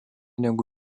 negu